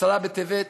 בעשרה בטבת,